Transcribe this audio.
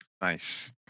Nice